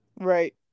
Right